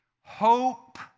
Hope